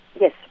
Yes